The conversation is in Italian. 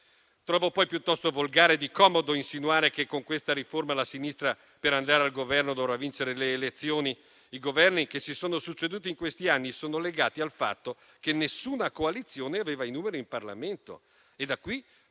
Trovo poi, piuttosto volgare e di comodo insinuare che, con questa riforma, la sinistra, per andare al Governo, dovrà vincere le elezioni. I Governi che si sono succeduti in questi anni sono legati al fatto che nessuna coalizione aveva i numeri in Parlamento e, da qui,